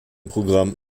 programm